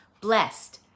blessed